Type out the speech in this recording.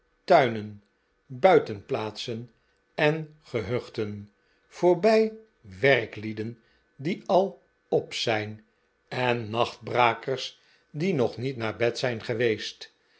tuinen buitenplaatsen en gehuchien voorbij werklieden die al op zijn en nachtbrakers die nog niet naar bed zijn geweest